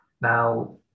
Now